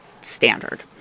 standard